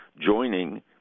joining